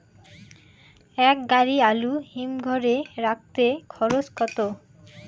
এক গাড়ি আলু হিমঘরে রাখতে খরচ কত?